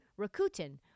Rakuten